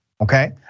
okay